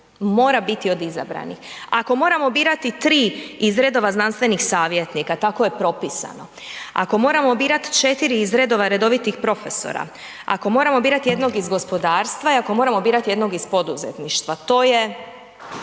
mora biti od izabranih. Ako moramo birati 3 iz redova znanstvenih savjetnika, tako je propisano, ako moramo birati 4 iz redova redovitih profesora, ako moramo birati jednog iz gospodarstva i ako moramo birati jednog iz poduzetništva, to je 9.